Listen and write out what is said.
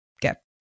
get